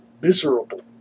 miserable